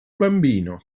bambino